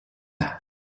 that